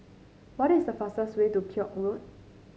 what is the fastest way to Koek Road